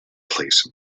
place